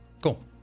Cool